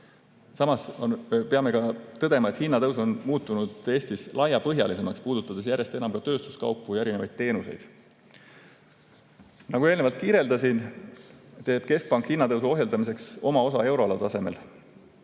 Samas peame tõdema, et hinnatõus on muutunud Eestis laiapõhjalisemaks, puudutades järjest enam ka tööstuskaupu ja teenuseid. Nagu eelnevalt kirjeldasin, teeb keskpank hinnatõusu ohjeldamiseks oma osa euroala tasemel.